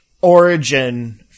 Origin